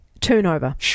turnover